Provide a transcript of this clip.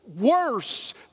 worse